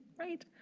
right.